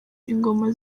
ingoma